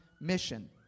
mission